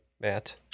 Matt